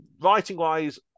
Writing-wise